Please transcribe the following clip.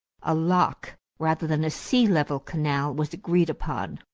a lock rather than a sea-level canal was agreed upon.